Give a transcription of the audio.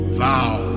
vow